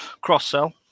cross-sell